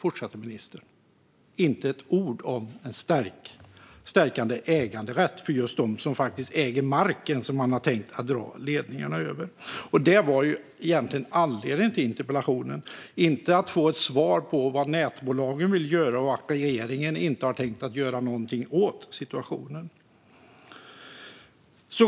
Det är inte ett ord om en stärkt äganderätt för just de som faktiskt äger marken, som man har tänkt dra ledningarna över. Detta var egentligen anledningen till interpellationen, inte att få ett svar på vad nätbolagen vill göra och att regeringen inte har tänkt göra någonting åt situationen. Fru talman!